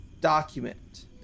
document